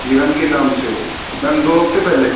ارم کے نام سے میم دو ہفتے پہلے